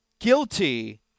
Guilty